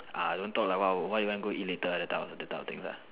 ah don't talk like what what you want to eat later that type of things lah